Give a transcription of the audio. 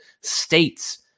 states